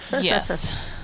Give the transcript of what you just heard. yes